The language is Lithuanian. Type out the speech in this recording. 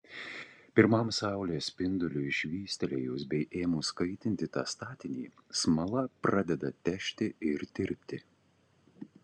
pirmam saulės spinduliui švystelėjus bei ėmus kaitinti tą statinį smala pradeda težti ir tirpti